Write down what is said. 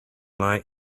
light